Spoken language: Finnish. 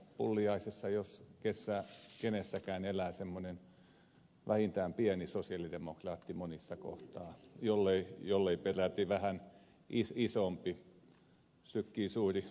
pulliaisessa jos kenessä elää vähintään semmoinen pieni sosialidemokraatti monessa kohtaa jollei peräti vähän isompi sykkii suuri oikeudenmukaisuuden sydän